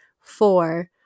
four